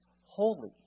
holy